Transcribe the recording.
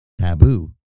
taboo